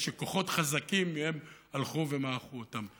ושכוחות חזקים מהם הלכו ומעכו אותם.